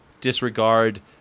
disregard